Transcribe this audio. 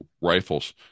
rifles